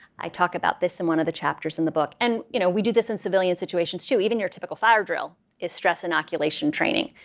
i talk about this in one of the chapters in the book. and you know we do this in civilian situations too. even your typical fire drill is stress inoculation training.